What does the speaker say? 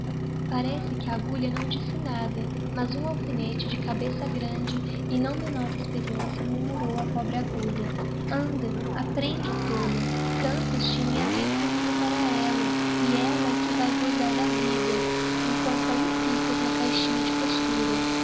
parece que a agulha não disse nada mas um alfinete de cabeça grande e não menor experiência murmurou à pobre agulha anda aprende tola canças le em abrir caminho para ella e ella é que vae gozar da vida emquanto ahi ficas na caixinha de costura